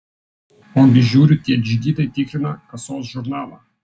ogi žiūriu tie džigitai tikrina kasos žurnalą